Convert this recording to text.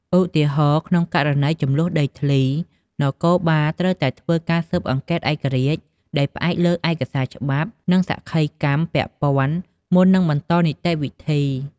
ឧទាហរណ៍ ក្នុងករណីជម្លោះដីធ្លី នគរបាលត្រូវតែធ្វើការស៊ើបអង្កេតឯករាជ្យ ដោយផ្អែកលើឯកសារច្បាប់ និងសក្ខីកម្មពាក់ព័ន្ធ មុននឹងបន្តនីតិវិធី។